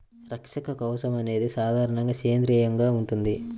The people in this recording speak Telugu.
రక్షక కవచం అనేది సాధారణంగా సేంద్రీయంగా ఉంటుంది